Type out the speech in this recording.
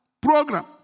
Program